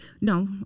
No